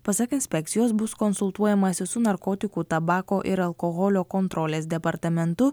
pasak inspekcijos bus konsultuojamasi su narkotikų tabako ir alkoholio kontrolės departamentu